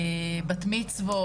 בת מצוות,